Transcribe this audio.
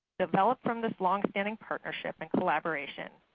developed from this long-standing partnership and collaboration,